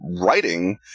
writing